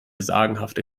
sagenhafte